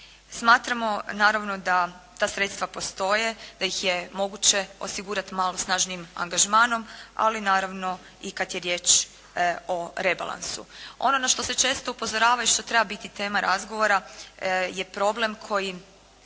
Smatramo naravno da ta sredstva postoje, da ih je moguće osigurati malo snažnijim angažmanom, ali naravno i kada je riječ o rebalansu. Ono na što se često upozorava i što treba biti tema razgovora je problem koji